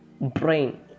brain